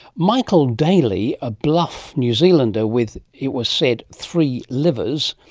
michael daley, a bluff new zealander with, it was said, three livers,